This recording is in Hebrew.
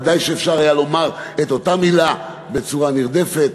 ודאי שאפשר היה לומר את אותה מילה בצורה נרדפת,